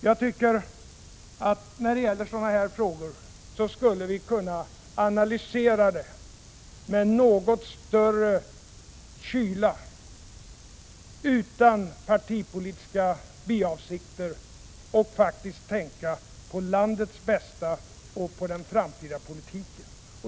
Jag tycker att sådana här frågor borde kunna analyseras med något större kyla och utan partipolitiska biavsikter. Vi borde kunna tänka på landets bästa och på den framtida politiken.